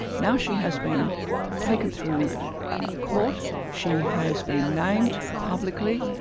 now she has been taken through court she has been named publicly,